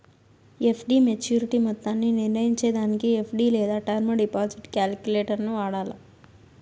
FD maturity మొత్తాన్ని నిర్నయించేదానికి FD లేదా టర్మ్ డిపాజిట్ కాలిక్యులేటరును వాడాల